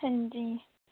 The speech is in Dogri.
हां जी